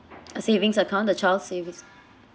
a savings account the child's savings